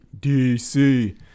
DC